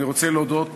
אני רוצה להודות